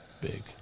big